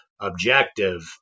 objective